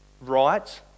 right